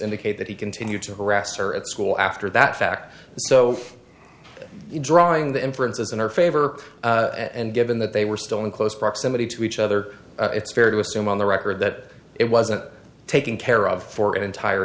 indicate that he continued to harass her at school after that fact so drawing the inference as in our favor and given that they were still in close proximity to each other it's fair to assume on the record that it wasn't taken care of for an entire